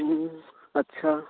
हूँ अच्छा